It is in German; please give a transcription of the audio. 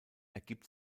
ergibt